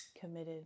committed